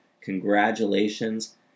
Congratulations